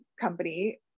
company